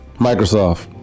Microsoft